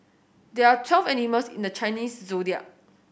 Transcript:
there are twelve animals in the Chinese Zodiac